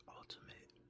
ultimate